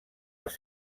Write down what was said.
els